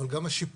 אבל גם השיפוע,